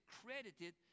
credited